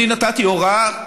אני נתתי הוראה: